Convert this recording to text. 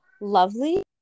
lovely